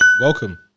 Welcome